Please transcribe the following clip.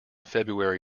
february